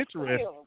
interesting